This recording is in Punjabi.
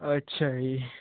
ਅੱਛਾ ਜੀ